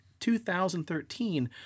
2013